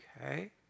Okay